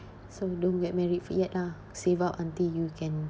so you don't get married yet lah save up until you can